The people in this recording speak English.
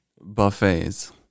buffets